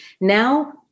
Now